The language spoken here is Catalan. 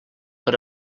per